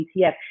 ETF